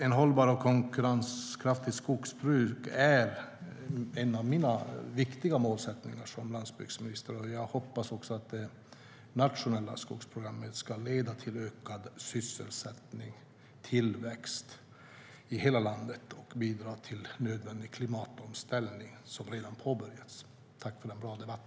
Ett hållbart och konkurrenskraftigt skogsbruk är en av mina viktiga målsättningar som landsbygdsminister. Jag hoppas också att det nationella skogsprogrammet ska leda till ökad sysselsättning och tillväxt i hela landet och bidra till nödvändig klimatomställning som redan påbörjats. Tack för en bra debatt!